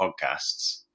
podcasts